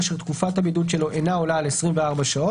אשר תקופת הבידוד שלו אינה עולה על 24 שעות".